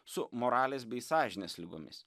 su moralės bei sąžinės ligomis